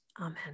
Amen